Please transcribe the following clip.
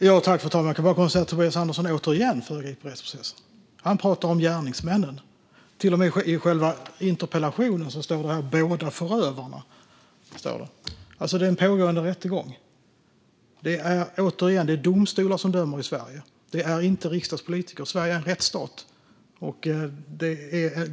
Fru talman! Jag kan bara konstatera att Tobias Andersson återigen föregriper en rättsprocess. Han pratar om gärningsmännen. Till och med i själva interpellationen tar han upp båda förövarna. Det är en pågående rättegång. Det är domstolar som dömer i Sverige, inte riksdagspolitiker. Sverige är en rättsstat.